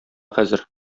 хәзер